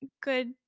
good